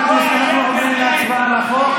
אנחנו עוברים להצבעה על החוק.